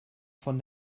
von